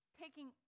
taking